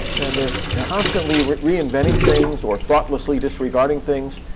and they're constantly reinventing things, or thoughtlessly disregarding things.